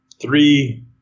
three